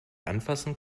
anfassen